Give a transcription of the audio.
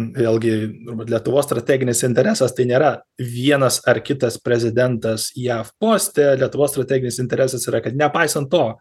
vėlgi turbūt lietuvos strateginis interesas tai nėra vienas ar kitas prezidentas jav poste lietuvos strateginis interesas yra kad nepaisant to